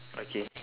okay